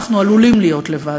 אנחנו עלולים להיות לבד.